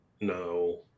no